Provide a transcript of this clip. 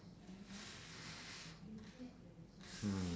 mm